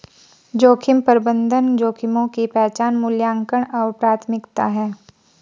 जोखिम प्रबंधन जोखिमों की पहचान मूल्यांकन और प्राथमिकता है